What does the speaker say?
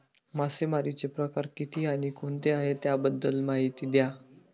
मासेमारी चे प्रकार किती आणि कोणते आहे त्याबद्दल महिती द्या?